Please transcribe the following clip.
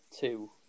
two